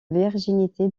virginité